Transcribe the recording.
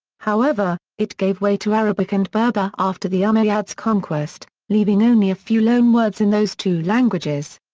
however, it gave way to arabic and berber after the umayyads' conquest, leaving only a few loanwords in those two languages.